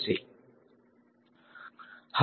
વિદ્યાર્થી રુટ દ્વારા વિભાજિત